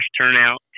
turnout